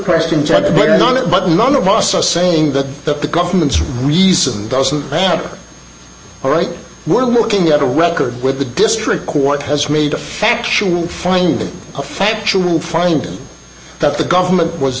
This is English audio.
it but none of us are saying that the government's reason doesn't matter all right we're looking at a record with the district court has made a factual finding of actual find that the government was